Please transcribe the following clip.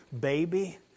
baby